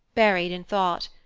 buried in thought.